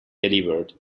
delivered